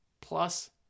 plus